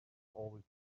always